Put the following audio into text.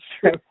true